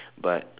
but